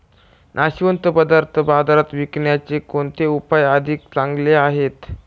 नाशवंत पदार्थ बाजारात विकण्याचे कोणते उपाय अधिक चांगले आहेत?